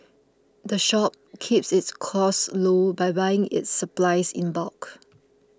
the shop keeps its costs low by buying its supplies in bulk